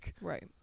right